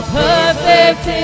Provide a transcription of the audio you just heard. perfect